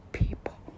people